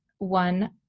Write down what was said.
one